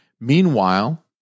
Meanwhile